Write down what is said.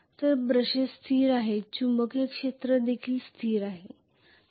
तर ब्रशेस स्थिर आहेत चुंबकीय क्षेत्र देखील स्थिर असेल